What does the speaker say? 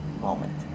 moment